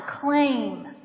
claim